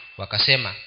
wakasema